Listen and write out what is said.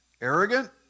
Arrogant